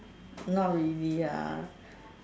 not really lah